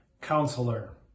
Counselor